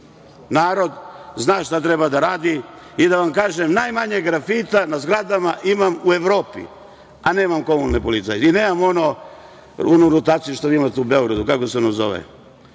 Narod zna šta treba da radi i da vam kažem, najmanje grafita na zgradama imam u Evropi, a nemam komunalnu policiju i nemam onu rotaciju što vi imate u Beogradu, kako se ono zove,